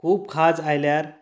खूब खाज आयल्यार